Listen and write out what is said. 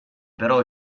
però